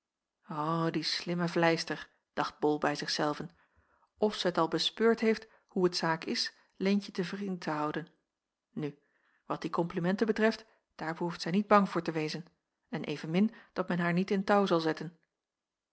die slimme vleister dacht bol bij zich zelven f zij het al bespeurd heeft hoe t zaak is leentje te vriend te houden nu wat die komplimenten betreft daar behoeft zij niet bang voor te wezen en evenmin dat men haar niet in touw zal zetten